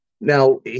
Now